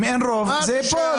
אם אין רוב, זה ייפול.